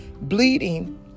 bleeding